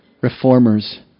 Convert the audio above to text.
reformers